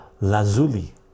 Lazuli